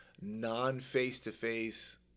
non-face-to-face